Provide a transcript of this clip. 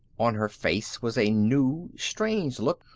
on her face was a new, strange look,